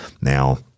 Now